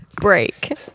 Break